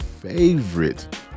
favorite